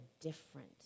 different